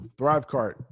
Thrivecart